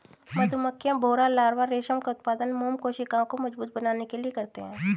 मधुमक्खियां, भौंरा लार्वा रेशम का उत्पादन मोम कोशिकाओं को मजबूत करने के लिए करते हैं